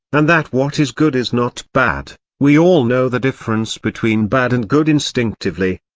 and that what is good is not bad we all know the difference between bad and good instinctively.